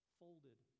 folded